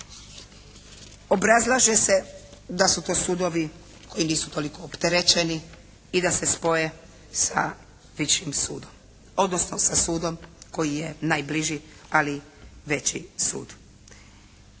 Obrazlaže se da su to sudovi koji nisu toliko opterećeni i da se spoje sa … /Govornica se ne razumije./ … sudom, odnosnom sa sudom koji je najbliži ali veći sud.